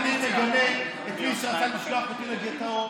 אני מגנה את מי שרצה לשלוח אותי לגטאות,